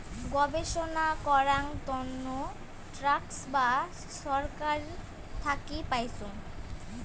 গবেষণা করাং তন্ন ট্রাস্ট বা ছরকার থাকি পাইচুঙ